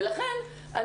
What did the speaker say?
ולכן,